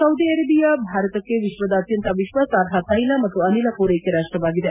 Saudi Arabia ಭಾರತಕ್ಕೆ ವಿಶ್ವದ ಅತ್ಯಂತ ವಿಶ್ವಾಸಾರ್ಹ ತೈಲ ಮತ್ತು ಅನಿಲ ಪೂರೈಕೆ ರಾಷ್ಟ ವಾಗಿದೆ